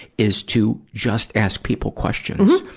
is to just ask people questions,